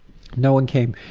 no one came.